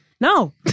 No